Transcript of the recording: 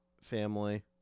family